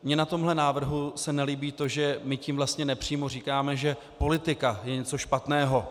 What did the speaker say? Mně na tomhle návrhu se nelíbí to, že my tím vlastně nepřímo říkáme, že politika je něco špatného.